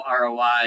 ROI